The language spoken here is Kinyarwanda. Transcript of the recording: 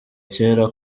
cyera